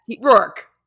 Rourke